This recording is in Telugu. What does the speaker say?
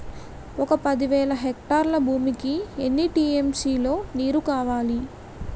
ఒక పది వేల హెక్టార్ల భూమికి ఎన్ని టీ.ఎం.సీ లో నీరు కావాలి?